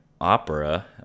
Opera